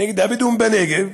נגד הבדואים בנגב,